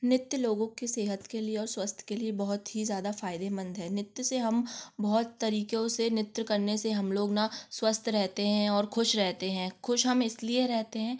नृत्य लोगों के सेहत के लिए और स्वास्थ्य के लिए बहुत ही ज़्यादा फायदेमंद है नृत्य से हम बहुत तरीकों से नृत्य करने से हम लोग न स्वस्थ रहते हैं और खुश रहते हैं खुश हम इसलिए रहते हैं